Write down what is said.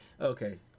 okay